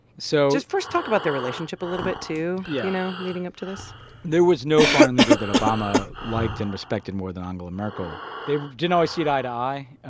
so. just first talk about their relationship a little bit, too. yeah. you know, leading up to this there was no foreign leader that obama liked and respected more than angela merkel. they didn't always see eye to eye.